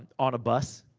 on a bus.